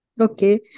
Okay